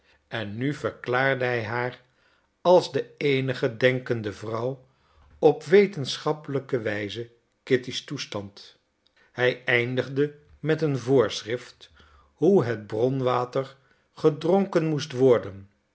en nu verklaarde hij haar als de eenige denkende vrouw op wetenschappelijke wijze kitty's toestand hij eindigde met een voorschrift hoe het bronwater gedronken moest worden